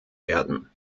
werden